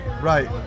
Right